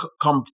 come